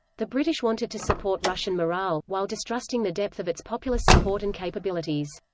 the british wanted to support russian morale, while distrusting the depth of its popular support and capabilities.